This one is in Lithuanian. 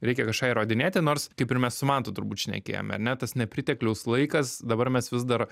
reikia kažką įrodinėti nors kaip ir mes su mantu turbūt šnekėjome ar ne tas nepritekliaus laikas dabar mes vis dar